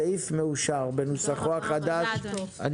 הסעיף מאושר בנוסחו החדש חודשיים מיום הפרסום.